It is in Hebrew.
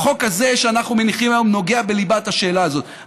החוק הזה שאנחנו מניחים היום נוגע בליבת השאלה הזאת,